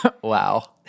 Wow